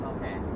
Okay